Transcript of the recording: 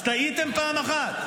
ראש הממשלה שלך --- אז טעיתם פעם אחת,